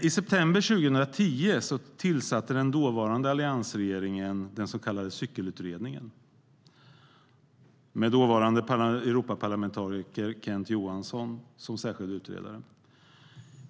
I september 2010 tillsatte den dåvarande alliansregeringen den så kallade Cykelutredningen med den dåvarande Europaparlamentarikern Kent Johansson som särskild utredare.